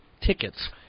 tickets